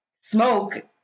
smoke